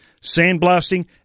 sandblasting